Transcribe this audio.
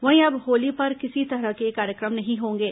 वहीं अब होली पर किसी तरह के कार्यक्रम नहीं होंगे